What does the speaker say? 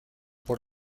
por